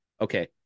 okay